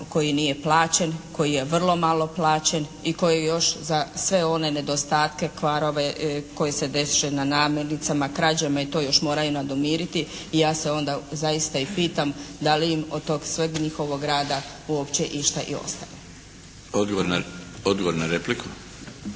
koji nije plaćen, koji je vrlo malo plaćen i koji još za sve one nedostatke, kvarove koji se dese na namirnicama, krađama i to još moraju nadomiriti i ja se onda zaista i pitam da li im od tog sveg njihovog rada uopće išta i ostane? **Milinović,